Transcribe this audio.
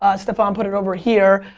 ah staphon, put it over here.